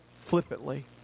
flippantly